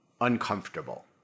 uncomfortable